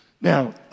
Now